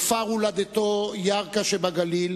בכפר הולדתו ירכא שבגליל